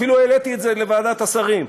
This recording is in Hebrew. אפילו העליתי את זה לוועדת השרים.